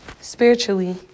spiritually